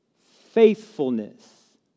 faithfulness